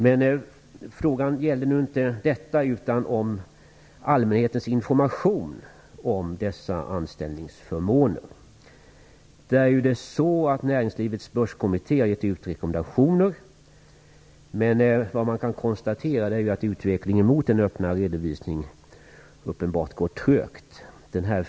Den här frågan gällde inte detta, utan den gällde allmänhetens information om dessa anställningsförmåner. Näringslivets börskommitté har gett ut rekommendationer, men man kan konstatera att en utveckling mot en öppnare redovisningen uppenbarligen går trögt.